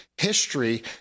history